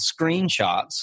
Screenshots